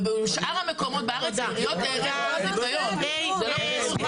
ובשאר המקומות בארץ העיריות האריכו זיכיון